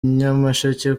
nyamasheke